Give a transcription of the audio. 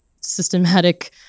systematic